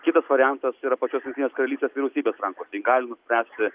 kitas variantas yra pačios jungtinės karalystės vyriausybės rankose ji gali nuspręsti